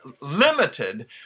limited